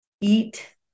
eat